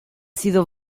sido